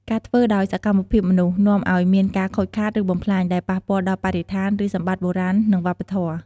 ការធ្វើដោយសកម្មភាពមនុស្ស នាំអោយមានការខូចខាត ឬបំផ្លាញ ដែលប៉ះពាល់ដល់បរិស្ថាន ឬសម្បត្តិបុរាណ និងវប្បធម៌។